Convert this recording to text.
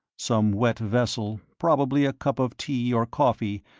some wet vessel, probably a cup of tea or coffee,